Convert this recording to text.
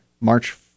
March